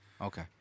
Okay